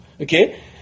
Okay